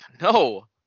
No